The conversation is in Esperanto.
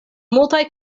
multaj